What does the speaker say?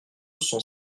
cent